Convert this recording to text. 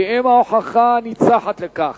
כי הם ההוכחה הניצחת לכך